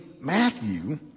Matthew